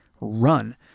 run